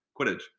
Quidditch